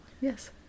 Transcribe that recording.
yes